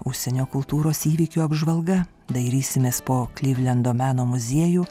užsienio kultūros įvykių apžvalga dairysimės po klivlendo meno muziejų